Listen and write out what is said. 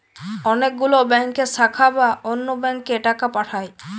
অনেক গুলো ব্যাংকের শাখা বা অন্য ব্যাংকে টাকা পাঠায়